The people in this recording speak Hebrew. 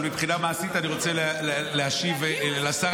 אבל מבחינה מעשית אני רוצה להשיב לשר